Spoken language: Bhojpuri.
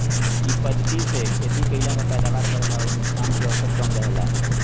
इ पद्धति से खेती कईला में पैदावार बढ़ेला अउरी नुकसान के अवसर कम रहेला